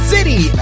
City